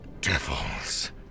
Devils